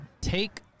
Take